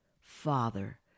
father